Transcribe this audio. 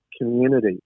community